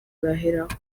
baheraho